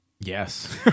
Yes